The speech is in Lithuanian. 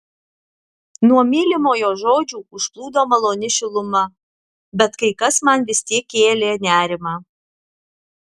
nuo mylimojo žodžių užplūdo maloni šiluma bet kai kas man vis tiek kėlė nerimą